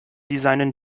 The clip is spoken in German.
designen